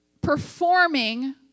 performing